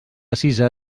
cisa